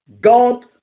God